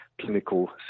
clinical